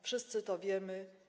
Wszyscy to wiemy.